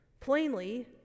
Plainly